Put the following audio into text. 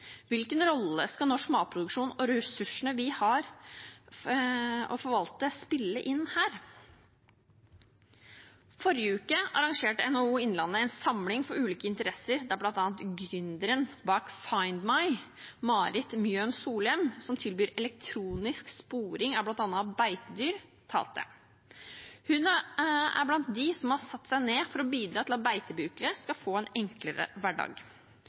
hvilken rolle skal norsk matproduksjon og ressursene vi har å forvalte, spille her? Forrige uke arrangerte NHO Innlandet en samling for ulike interesser, der bl.a. gründeren bak Findmy, Marit Mjøen Solem, som tilbyr elektronisk sporing av bl.a. beitedyr, talte. Hun er blant dem som har satt seg ned for å bidra til at beitebrukere skal få en enklere hverdag.